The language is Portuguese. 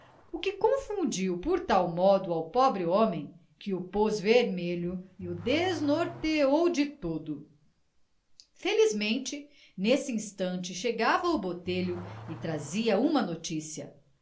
o que confundiu por tal modo ao pobre do homem que o pôs vermelho e o desnorteou de todo felizmente nesse instante chegava o botelho e trazia uma noticia